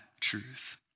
truth